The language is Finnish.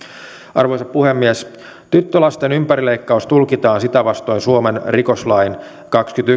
arvoisa puhemies tyttölasten ympärileikkaus tulkitaan sitä vastoin suomen rikoslain kahdenkymmenenyhden